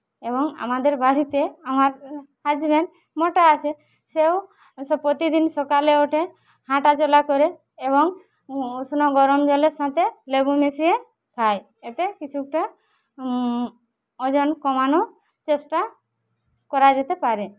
এবং আমাদের বাড়িতে আমার হাসবেন্ড মোটা আছে সেও সে প্রতিদিন সকালে ওঠে হাঁটাচলা করে এবং উষ্ণ গরম জলের সাথে লেবু মিশিয়ে খায় এতে কিছুটা ওজন কমানোর চেষ্টা করা যেতে পারে